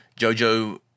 JoJo